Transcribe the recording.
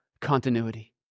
continuity